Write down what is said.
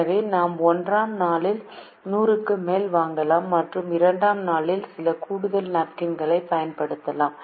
எனவே நாம் 1 ஆம் நாளில் 100 க்கு மேல் வாங்கலாம் மற்றும் 2 ஆம் நாளில் சில கூடுதல் நாப்கின்களைப் பயன்படுத்தலாம்